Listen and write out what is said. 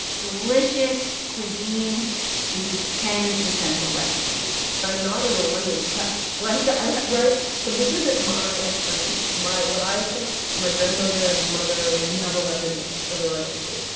delicious cuisine into ten essential recipes i'm not an iranian chef. like, i right? so this isn't my expertise. my what i cook, my grandmother and mother would never recognize as iranian food.